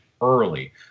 early